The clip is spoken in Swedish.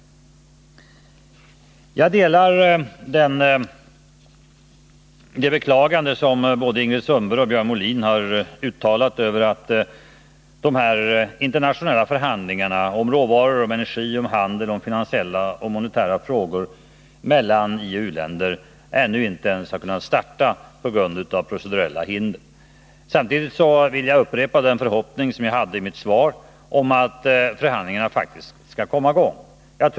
Jag delar det beklagande som både Ingrid Sundberg och Björn Molin uttalat över att de internationella förhandlingarna om råvaror, energi, handel, finansiella och monetära frågor mellan ioch u-länder ännu inte ens har kunnat starta på grund av procedurhinder. Samtidigt vill jag upprepa den förhoppning som jag uttryckte i mitt svar, att förhandlingarna faktiskt skall komma i gång.